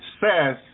says